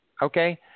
Okay